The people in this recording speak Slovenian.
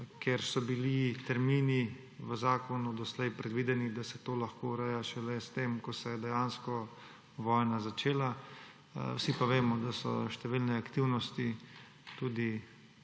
ker so bili termini v zakonu doslej predvideni, da se to lahko ureja šele s tem, ko se je dejansko vojna začela, vsi pa vemo, da so številne aktivnosti, tudi,